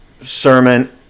Sermon